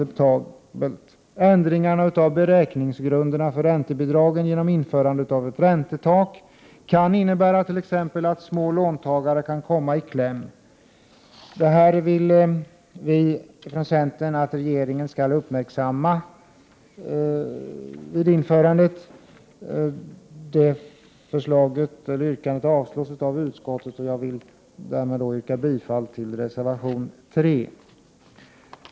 De ändringar som görs av beräkningsgrunderna för räntebidragen genom att man inför ett räntetak kan innebära att låntagare med mindre lån kan komma i kläm. Vi vill från centerns sida att regeringen skall uppmärksamma detta. Vårt yrkande avslås av utskottet. Jag vill yrka bifall till reservation 3.